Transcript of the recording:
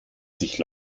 sich